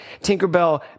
Tinkerbell